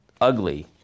Ugly